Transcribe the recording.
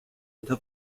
until